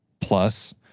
plus